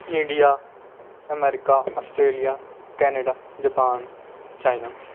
India America Australia Canada Japan China